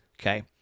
okay